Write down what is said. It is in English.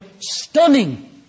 stunning